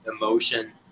emotion